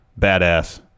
badass